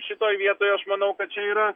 šitoj vietoj aš manau kad čia yra